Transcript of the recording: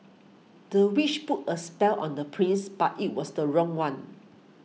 the witch put a spell on the prince but it was the wrong one